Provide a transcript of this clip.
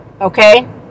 Okay